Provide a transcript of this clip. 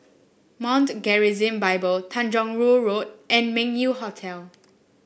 Mount Gerizim Bible Tanjong Rhu Road and Meng Yew Hotel